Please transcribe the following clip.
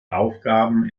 aufgaben